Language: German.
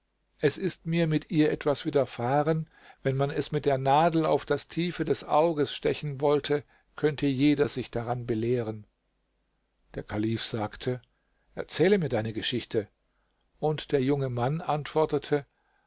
es ist mir mit ihr etwas widerfahren wenn man es mit der nadel auf das tiefe des auges stechen wollte könnte jeder sich daran belehren der kalif sagte erzähle mir deine geschichte und der junge mann antwortete